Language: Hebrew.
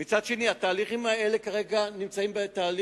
התהליכים האלה נמצאים כרגע בעבודה,